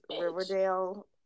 Riverdale